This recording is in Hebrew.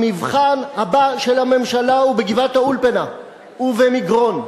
המבחן הבא של הממשלה הוא בגבעת-האולפנה ובמגרון.